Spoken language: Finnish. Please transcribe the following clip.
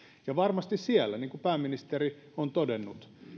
ja varmasti siellä niin kuin pääministeri on todennut